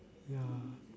ya